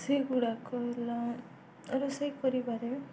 ସେଇ ଗୁଡ଼ାକ ହେଲା ରୋଷେଇ କରିବାରେ